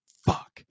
Fuck